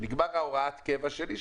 כשנגמרת הוראת הקבע שלי,